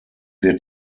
wird